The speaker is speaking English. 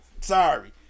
Sorry